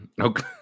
Okay